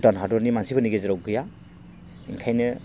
भुटान हादरनि मानसिफोरनि गेजेराव गैया ओंखायनो